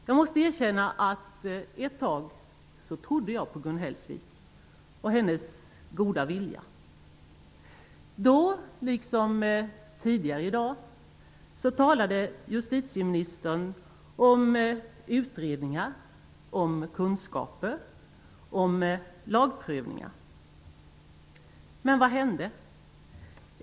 Jag måste erkänna att jag trodde på Gun Hellsvik och hennes goda vilja ett tag. Då, liksom tidigare i dag, talade justitieministern om utredningar, om kunskaper och om lagprövningar. Men vad hände?